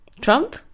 Trump